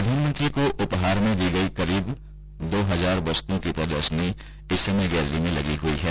प्रधानमंत्री को उपहार में दी गई करीब दो हजार वस्तुओं की प्रदर्शनी इस समय गैलरी में लगी हुई है